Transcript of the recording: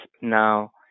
now